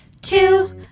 Two